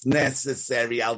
necessary